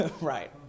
Right